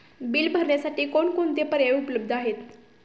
Bill भरण्यासाठी कोणकोणते पर्याय उपलब्ध आहेत?